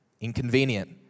Inconvenient